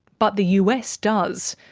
but the us does.